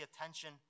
attention